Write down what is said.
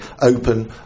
open